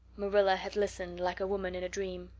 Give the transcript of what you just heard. marilla had listened like a woman in a dream.